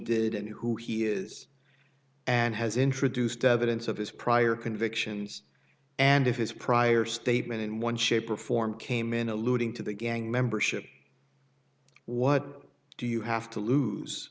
did and who he is and has introduced evidence of his prior convictions and if his prior statement in one shape or form came in alluding to the gang membership what do you have to lose